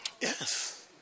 Yes